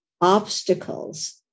obstacles